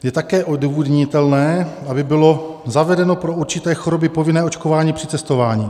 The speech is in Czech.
Je také odůvodnitelné, aby bylo zavedeno pro určité choroby povinné očkování při cestování.